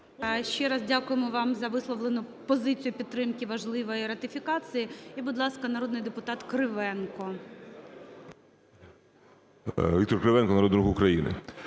Ще раз дякуємо вам за висловлену позицію підтримки важливої ратифікації. І, будь ласка, народний депутат Кривенко. 10:58:21 КРИВЕНКО В.М. Віктор Кривенко, Народний Рух України.